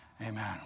Amen